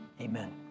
amen